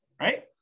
right